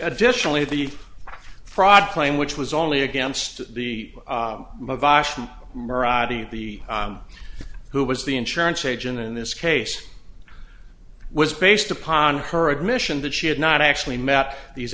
additionally the fraud claim which was only against the advice from the who was the insurance agent in this case was based upon her admission that she had not actually met these